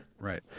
Right